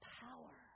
power